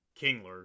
Kingler